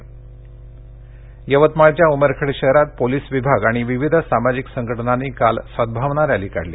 यवतमाळ यवतमाळघ्या उमरखेड शहरात पोलीस विभाग आणि विविध सामाजिक संघटनांनी काल सदभावना रद्दी काढली